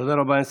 תודה רבה.